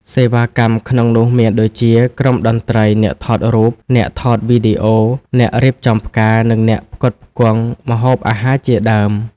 សេវាកម្មក្នុងនោះមានដូចជា ក្រុមតន្ត្រី អ្នកថតរូប អ្នកថតវីដេអូ អ្នករៀបចំផ្កា និងអ្នកផ្គត់ផ្គង់ម្ហូបអាហារជាដើម។